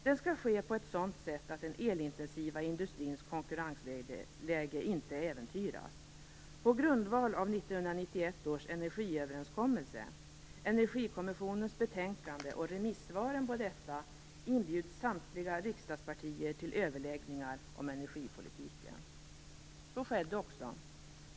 Den skall ske på ett sådant sätt att den elintensiva industrins konkurrensläge inte äventyras. På grundval av 1991 års energiöverenskommelse, Energikommissionens betänkande och remissvaren på detta inbjuds samtliga riksdagspartier till överläggningar om energipolitiken." Så skedde också.